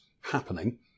happening